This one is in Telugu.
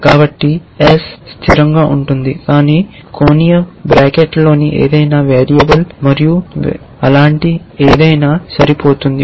కాబట్టి ఏస్ స్థిరంగా ఉంటుంది కానీ కోణీయ బ్రాకెట్లోని ఏదైనా వేరియబుల్ మరియు వేరియబుల్ అంటే ఏదైనా సరిపోతుంది